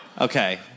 Okay